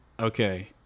Okay